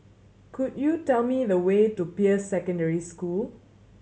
could you tell me the way to Peirce Secondary School